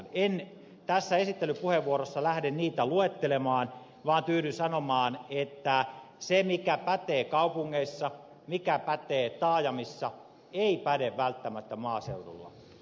en tässä esittelypuheenvuorossa lähde niitä luettelemaan vaan tyydyn sanomaan että se mikä pätee kaupungeissa mikä pätee taajamissa ei päde välttämättä maaseudulla